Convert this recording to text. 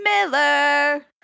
Miller